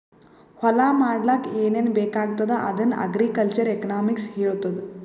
ಹೊಲಾ ಮಾಡ್ಲಾಕ್ ಏನೇನ್ ಬೇಕಾಗ್ತದ ಅದನ್ನ ಅಗ್ರಿಕಲ್ಚರಲ್ ಎಕನಾಮಿಕ್ಸ್ ಹೆಳ್ತುದ್